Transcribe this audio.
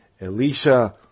Alicia